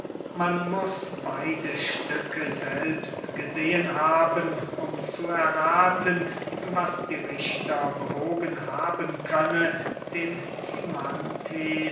man muß beide stücke selbst gesehen haben um zu errathen was die richter bewogen haben könne dem